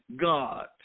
God